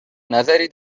نظری